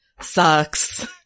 sucks